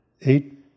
Eight